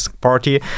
party